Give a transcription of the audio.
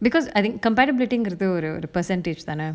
because I think compatibility got to do with the percentage than ah